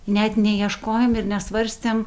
net neieškojom ir nesvarstėm